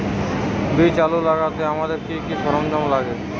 বীজ আলু লাগাতে আমাদের কি কি সরঞ্জাম লাগে?